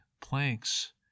planks